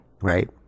Right